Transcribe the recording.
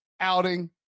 outing